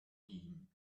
ging